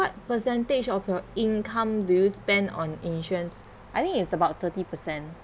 what percentage of your income do you spend on insurance I think it's about thirty percent